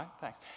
Thanks